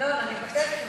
ינון, אני מבקשת ממך,